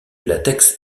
latex